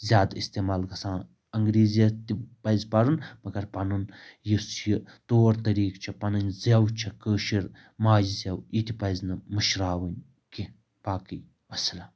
زیادٕ اِستعمال گژھان انٛگریٖزی یَتھ تہِ پَزِ پَرُن مگر پَنُن یُس یہِ طور طریٖقہٕ چھِ پَنٕنۍ زٮ۪و چھِ کٲشٕر ماجہِ زٮ۪و یہِ تہِ پَزِ نہٕ مٔشراوٕنۍ کیٚنٛہہ باقی وَسلام